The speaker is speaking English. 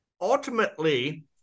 ultimately